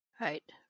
Right